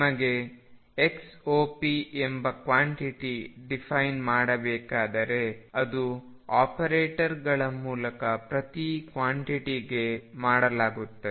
ನಿನಗೆ xop ಎಂಬ quantity define ಮಾಡಬೇಕಾದರೆ ಅದು ಆಪರೇಟರ್ಗಳ ಮೂಲಕ ಪ್ರತಿ ಕ್ವಾಂಟಿಟಿಗೆ ಮಾಡಲಾಗುತ್ತದೆ